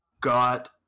Got